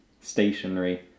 stationary